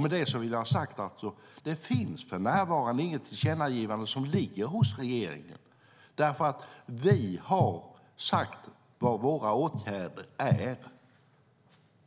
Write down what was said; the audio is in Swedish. Med det vill jag ha sagt att det för närvarande inte finns något tillkännagivande som ligger hos regeringen. Vi har nämligen sagt vad våra åtgärder är,